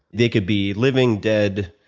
they could be living, dead,